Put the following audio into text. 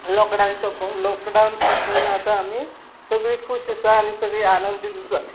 lockdown सोंपून lockdown सोंपल्यान आतां आमी सगळीं खूश आसा आनी सगळीं आनंदीत आसा